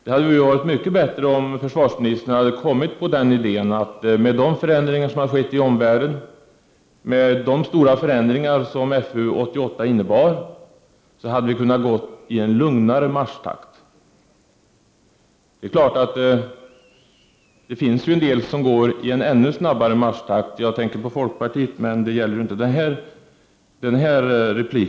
Det hade varit mycket bättre, om försvarsministern hade kommit på idén att med hänsyn till de förändringar som har skett i omvärlden och de stora förändringar som FU 88 innebar hade vi kunnat gå i en lugnare marschtakt. Det är klart att det finns en del som går i ännu snabbare takt — jag tänker på folkpartiet — men den här repliken gäller inte dem.